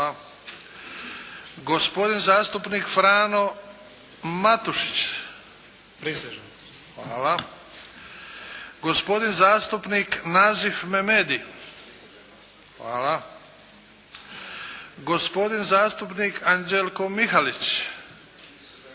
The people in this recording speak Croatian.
gospodin zastupnik Frano Matušić – prisežem, gospodin zastupnik Nazif Memedi – prisežem, gospodin zastupnik Anđelko Mihalić –